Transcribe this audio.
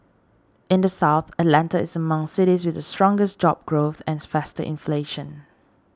in the South Atlanta is among cities with the stronger job growth and faster inflation